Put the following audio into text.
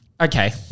Okay